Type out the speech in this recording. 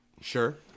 Sure